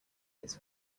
his